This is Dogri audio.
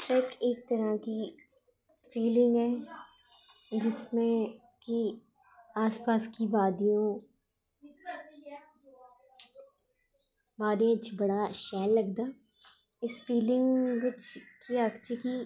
एक फिल्म की फिल्म है कि जिसमें आस पास की बादियों बाद च बड़े शैल लगदा इस फिल्म बिच्च केह् ऐ कि